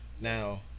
now